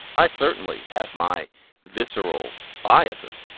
i certainly have my visceral biases.